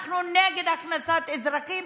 אנחנו נגד הכנסת אזרחים